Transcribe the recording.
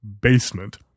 basement